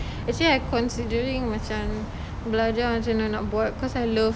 actually I considering macam belajar macam mana nak buat cause I love